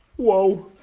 whoa!